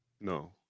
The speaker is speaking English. no